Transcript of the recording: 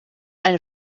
eine